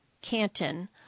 Canton